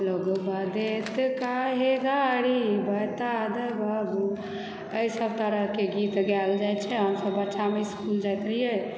लोगबा दैत काहे गारी बता दऽ बबुआ एहि सब तरहकेँ गीत गाएल जाइत छै हमसब बच्चामे इसकुल जाइत रहिए